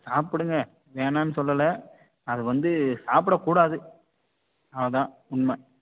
சாப்பிடுங்க வேணான்னு சொல்லலை அது வந்து சாப்பிடக்கூடாது அதுதான் உண்மை